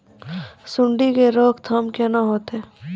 सुंडी के रोकथाम केना होतै?